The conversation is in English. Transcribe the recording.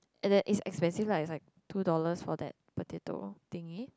and that it's expensive lah is like two dollar for that potato thingy